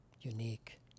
unique